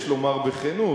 יש לומר בכנות,